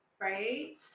right